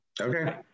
Okay